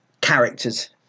characters